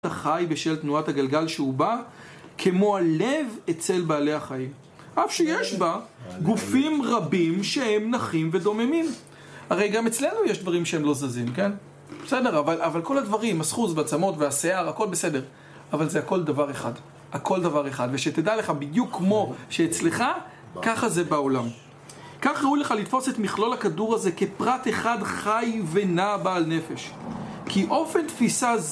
חי בשל תנועת הגלגל שהוא בא כמו הלב אצל בעלי החיים אף שיש בה גופים רבים שהם נחים ודוממים הרי גם אצלנו יש דברים שהם לא זזים, כן? בסדר, אבל כל הדברים, הסחוס והעצמות והשיער, הכל בסדר אבל זה הכל דבר אחד. הכל דבר אחד, ושתדע לך בדיוק כמו שאצלך ככה זה בעולם כך ראוי לך לתפוס את מכלול הכדור הזה כפרט אחד חי ונע בעל נפש כי אופן תפיסה זו